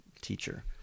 teacher